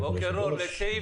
כבוד היושב-ראש.